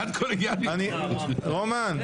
רומן,